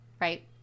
right